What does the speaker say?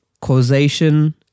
causation